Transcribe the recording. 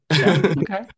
Okay